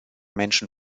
menschen